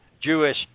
Jewish